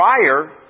prior